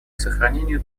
сохранению